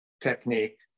technique